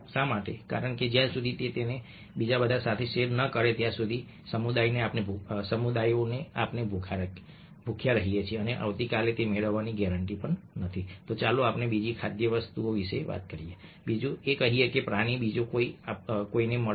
શા માટે કારણ કે જ્યાં સુધી તે તેને બીજા બધા સાથે શેર ન કરે ત્યાં સુધી જે સમુદાયને આપણે ભૂખ્યા રહીએ છીએ અને આવતીકાલે તે મેળવવાની ગેરેંટી નથી ચાલો આપણે બીજી ખાદ્ય વસ્તુ કહીએ બીજું કહીએ કે પ્રાણી બીજા કોઈને મળશે